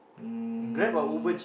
um